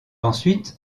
ensuite